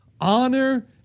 honor